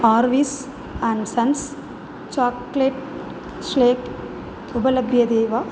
आर्विस् and sons chocolate श्लेक् उपलभ्यते वा